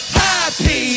happy